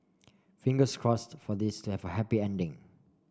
fingers crossed for this to have a happy ending